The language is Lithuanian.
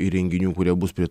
įrenginių kurie bus prie